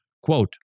quote